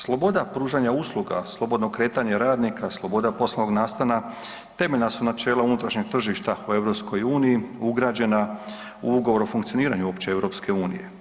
Sloboda pružanja usluga, slobodnog kretanja radnika, sloboda poslovnog nastana temeljna su načela unutrašnjeg tržišta u EU ugrađena u ugovor o funkcioniranju uopće EU.